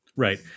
Right